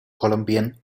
columbian